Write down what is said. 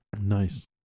Nice